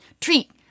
Treat